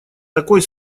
такой